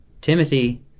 Timothy